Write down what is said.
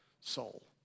soul